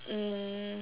mm